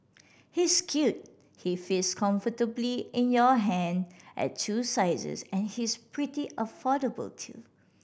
he's cute he fits comfortably in your hand at two sizes and he's pretty affordable too